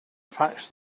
patch